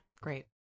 Great